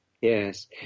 Yes